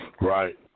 Right